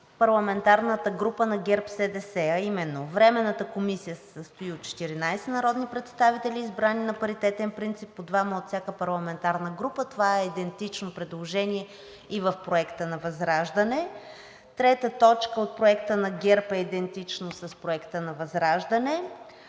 парламентарната група на ГЕРБ-СДС, а именно: „Временната комисия се състои от 14 народни представители, избрани на паритетен принцип – по двама от всяка парламентарна група.“ Това е идентично предложение и в Проекта на ВЪЗРАЖДАНЕ. Трета точка от Проекта на ГЕРБ е идентична с Проекта на ВЪЗРАЖДАНЕ.